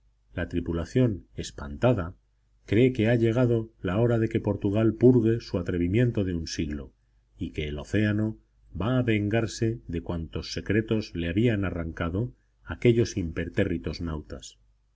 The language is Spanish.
la tripulación espantada cree que ha llegado la hora de que portugal purgue su atrevimiento de un siglo y que el océano va a vengarse de cuantos secretos le habían arrancado aquellos impertérritos nautas